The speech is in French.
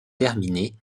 terminée